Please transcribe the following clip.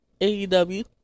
aew